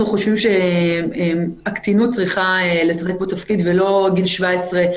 אנחנו חושבים שהקטינות צריכה לשחק פה תפקיד ולא גיל 17,